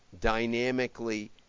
dynamically